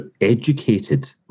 educated